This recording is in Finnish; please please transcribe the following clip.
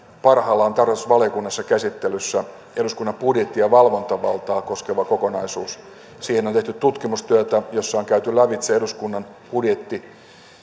parhaillaan tarkastusvaliokunnassa käsittelyssä eduskunnan budjetti ja valvontavaltaa koskeva kokonaisuus siihen on tehty tutkimustyötä jossa on käyty lävitse eduskunnan budjetti